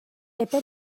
epe